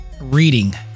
reading